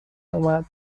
اومد